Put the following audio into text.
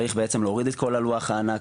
צריך בעצם להוריד את כל הלוח הענק